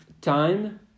time